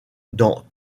dans